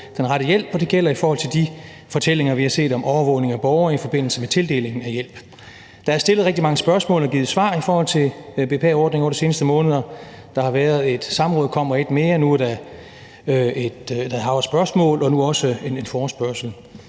den rette hjælp, og det gælder i forhold til de fortællinger, vi har set om overvågning af borgere i forbindelse med tildelingen af hjælp. Der er stillet rigtig mange spørgsmål og givet svar i forhold til BPA-ordningen over de seneste måneder, der har været et samråd, kommer et mere, der har været spørgsmål, og nu også den her forespørgsel.